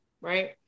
right